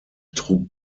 trug